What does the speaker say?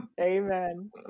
amen